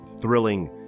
thrilling